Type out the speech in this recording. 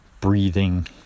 breathing